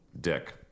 dick